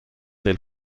del